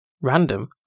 random